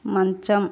మంచం